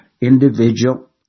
individual